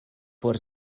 por